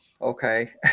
okay